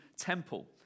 temple